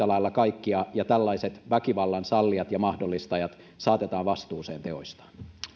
lailla kaikkia ja tällaiset väkivallan sallijat ja mahdollistajat saatetaan vastuuseen teoistaan